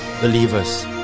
believers